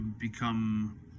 become